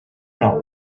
know